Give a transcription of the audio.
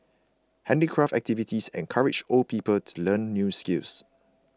handicraft activities encourage old people to learn new skills